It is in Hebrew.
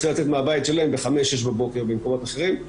צריכים לצאת מהבית שלהם ב-05:00 06:00 בבוקר במקומות אחרים,